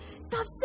stop